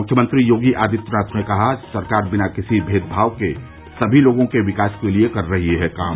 मुख्यमंत्री योगी आदित्यनाथ ने कहा सरकार बिना किसी भेदभाव के सभी लोगों के विकास के लिये कर रही है काम